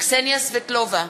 קסניה סבטלובה,